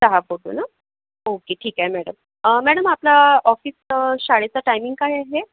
सहा फोटो ना ओके ठीक आहे मॅडम मॅडम आपलं ऑफिस शाळेचं टाईमिंग काय आहे